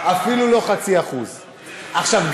אפילו לא 0.5%. עכשיו,